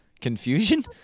confusion